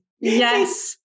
Yes